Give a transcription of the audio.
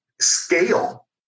scale